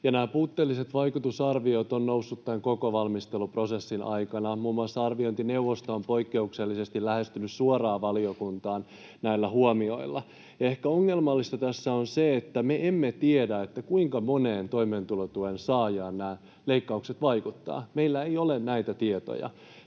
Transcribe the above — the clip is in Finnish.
Nämä puutteelliset vaikutusarviot ovat nousseet tämän koko valmisteluprosessin aikana. Muun muassa arviointineuvosto on poikkeuksellisesti lähestynyt suoraan valiokuntaa näillä huomioilla. Ehkä ongelmallisinta tässä on se, että me emme tiedä, kuinka moneen toimeentulotuen saajaan nämä leikkaukset vaikuttavat. Meillä ei ole näitä tietoja